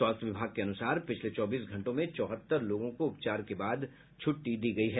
स्वास्थ्य विभाग के अनुसार पिछले चौबीस घंटों में चौहत्तर लोगों को उपचार के बाद छुट्टी दी गयी है